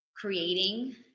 creating